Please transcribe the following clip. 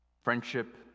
Friendship